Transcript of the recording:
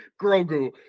Grogu